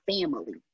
family